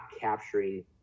capturing